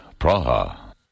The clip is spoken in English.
Praha